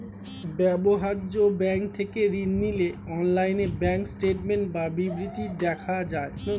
ব্যবহার্য ব্যাঙ্ক থেকে ঋণ নিলে অনলাইনে ব্যাঙ্ক স্টেটমেন্ট বা বিবৃতি দেখা যায়